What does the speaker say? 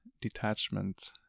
detachment